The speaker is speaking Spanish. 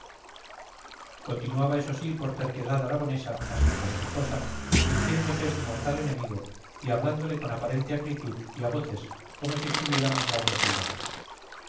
continuaba eso sí por terquedad aragonesa más que por otra cosa diciéndose su mortal enemigo y hablándole con aparente acritud y a voces como si estuviera mandando soldados